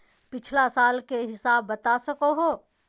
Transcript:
पिछला साल के हिसाब बता सको हो?